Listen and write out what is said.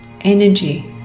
energy